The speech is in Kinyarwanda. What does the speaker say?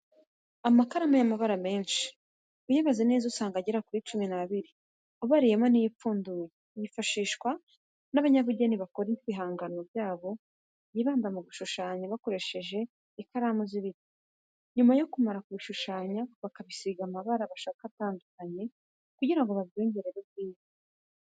Amakaramu y'amabara menshi, uyabaze neza usanga agera kuri cumi n'abiri ubariyemo n'iyo ipfunduye. Yifashishwa n'abanyabugeni bakora ibihangano byabo byibanda mu gushushanya bakoresheje ikaramu z'ibiti, nyuma yo kumara kubishushanya bakabisiga amabara bashaka atandukanye kugira ngo babyongerere ubwiza.